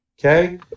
Okay